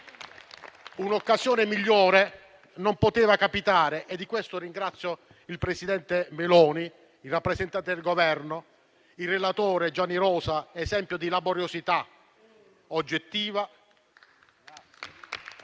Un'occasione migliore non poteva capitare e di questo ringrazio il presidente Meloni, il rappresentante del Governo, il relatore Gianni Rosa, esempio di laboriosità oggettiva.